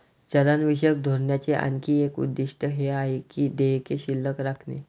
चलनविषयक धोरणाचे आणखी एक उद्दिष्ट हे आहे की देयके शिल्लक राखणे